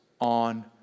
on